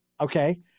okay